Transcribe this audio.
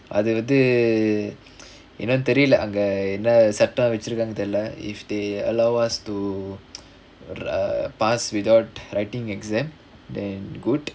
அது வந்து என்னேனு தெரில அங்க என்ன சட்டம் வெச்சுருக்காங்கனு தெரில:athu vanthu ennaenu therila anga enna sattam vechurukkaanganu therila if they allow us to err pass without writing exam then good